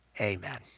Amen